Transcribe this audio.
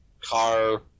car